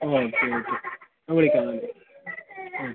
okay okay വിളിക്കാം ആ